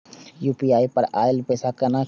UPI पर आएल पैसा कै कैन?